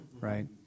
right